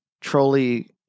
trolley